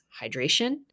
hydration